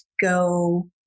go